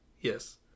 Yes